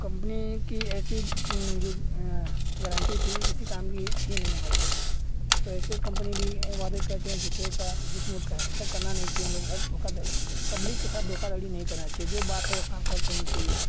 company की ऐसी जो गारण्टी थी किसी काम की थी नहीं हमारे लिए तो ऐसी कम्पनी भी वादे करती है झूठ का झूठ मूठ का ऐसा करना नहीं चाहिए हमलोग के साथ धोखाधड़ी पब्लिक के साथ धोखाधड़ी करनी नहीं चाहिए जो बात है साफ साफ कहनी चाहिए